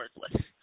worthless